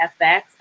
fx